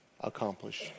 accomplish